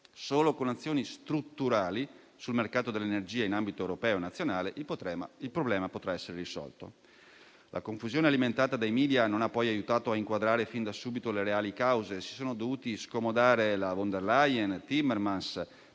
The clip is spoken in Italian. Solo con azioni strutturali sul mercato dell'energia in ambito europeo e nazionale il problema potrà essere risolto. La confusione alimentata dai *media* non ha poi aiutato a inquadrare fin da subito le reali cause. Si sono dovuti scomodare von der Leyen e Timmermans